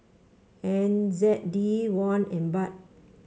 N Z D Won and Baht